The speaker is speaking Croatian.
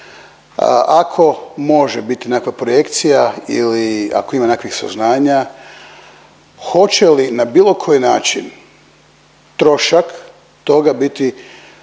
Ako može bit nekakva projekcija ili ako ima nekakvih saznanja hoće li na bilo koji način trošak toga biti